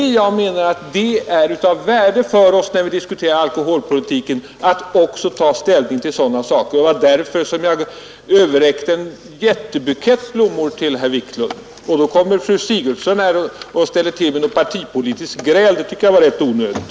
Jag menar att det är av värde för oss, när vi diskuterar alkoholpolitiken, att också ta ställning till sådana frågor. Det var därför jag överräckte en jättebukett blommor till herr Wiklund. Och efter det kommer fru Sigurdsen och ställer till med ett partipolitiskt gräl. Det var rätt onödigt!